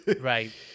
Right